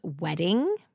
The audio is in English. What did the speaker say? wedding